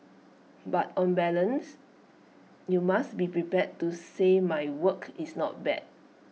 but on balance you must be prepared to say my work is not bad